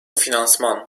finansman